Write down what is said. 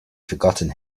forgotten